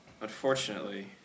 Unfortunately